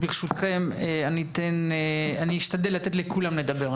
אני אשתדל לתת לכולם לדבר.